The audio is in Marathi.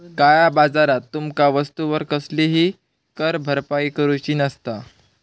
काळया बाजारात तुमका वस्तूवर कसलीही कर भरपाई करूची नसता